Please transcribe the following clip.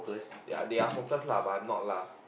ya they are smokers lah but I'm not lah